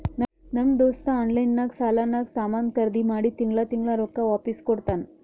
ನಮ್ ದೋಸ್ತ ಆನ್ಲೈನ್ ನಾಗ್ ಸಾಲಾನಾಗ್ ಸಾಮಾನ್ ಖರ್ದಿ ಮಾಡಿ ತಿಂಗಳಾ ತಿಂಗಳಾ ರೊಕ್ಕಾ ವಾಪಿಸ್ ಕೊಡ್ತಾನ್